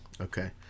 Okay